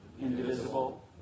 indivisible